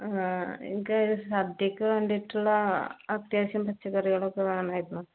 ആ എനിക്ക് സദ്യക്ക് വേണ്ടിയിട്ടുള്ള അത്യാവശ്യം പച്ചക്കറികളൊക്കെ വേണമായിരുന്നു